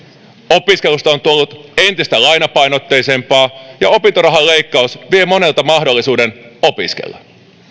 opiskelusta on tullut entistä lainapainotteisempaa ja opintorahan leikkaus vie monelta mahdollisuuden opiskella